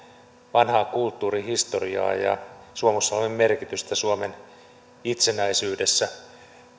vanhaa kulttuurihistoriaa ja suomussalmen merkitystä suomen itsenäisyydessä